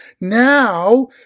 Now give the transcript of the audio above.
Now